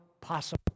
possible